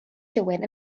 rhywun